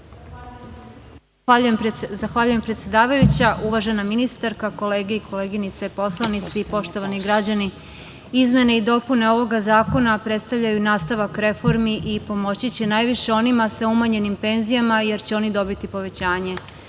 Zahvaljujem predsedavajuća. Uvažena ministarka, kolege i kolenice poslanici, poštovani građani, izmene i dopune ovog zakona predstavljaju nastavak reformi i pomoći će najviše onima sa umanjenim penzijama, jer će oni dobiti povećanje.